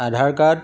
Aadhaar card